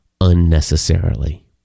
unnecessarily